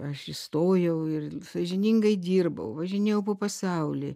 aš įstojau ir sąžiningai dirbau važinėjau po pasaulį